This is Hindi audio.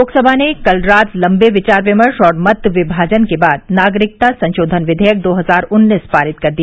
लोकसभा ने कल रात लम्बे विचार विमर्श और मत विभाजन के बाद नागरिकता संशोधन विधेयक दो हजार उन्नीस पारित कर दिया